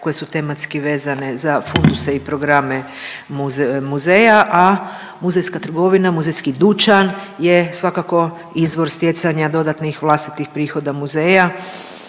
koje su tematski vezane za funduse i programe muzeja, a muzejska trgovina, muzejski dućan je svakako izvor stjecanja dodatnih vlastitih prihoda muzeja,